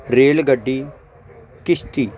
rail ਗੱਡੀ ਕਿਸ਼ਤੀ